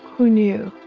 who knew?